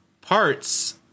parts